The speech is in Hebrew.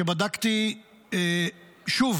שבדקתי שוב